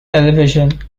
television